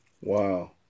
wow